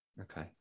okay